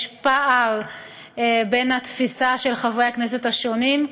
יש פער בין התפיסות של חברי הכנסת השונים,